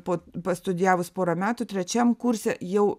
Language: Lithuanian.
po pastudijavus porą metų trečiam kurse jau